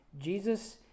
Jesus